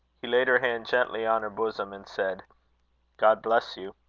he laid her hand gently on her bosom, and said god bless you!